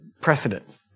precedent